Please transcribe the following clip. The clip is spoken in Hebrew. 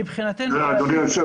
למה אי אפשר